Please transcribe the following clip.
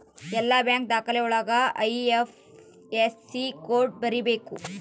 ಎಲ್ಲ ಬ್ಯಾಂಕ್ ದಾಖಲೆ ಒಳಗ ಐ.ಐಫ್.ಎಸ್.ಸಿ ಕೋಡ್ ಬರೀಬೇಕು